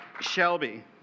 Shelby